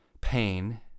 pain